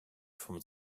from